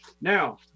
Now